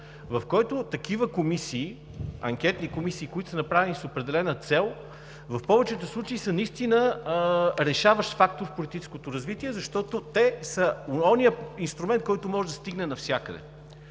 в който такива комисии – анкетни комисии, които са направени с определена цел, в повечето случаи са наистина решаващ фактор в политическото развитие, защото те са оня инструмент, който може да стигне навсякъде.